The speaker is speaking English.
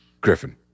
Griffin